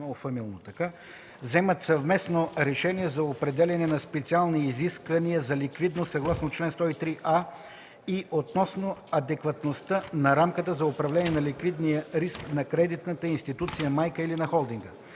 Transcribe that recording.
Европейския съюз, вземат съвместно решение за определяне на специални изисквания за ликвидност съгласно чл. 103а и относно адекватността на рамката за управление на ликвидния риск на кредитната институция майка или на холдинга.